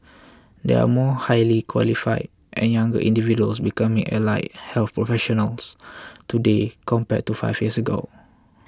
there are more highly qualified and younger individuals becoming allied health professionals today compared to five years ago